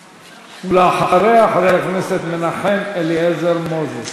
ואחריה, חבר הכנסת מנחם אליעזר מוזס.